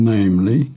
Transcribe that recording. Namely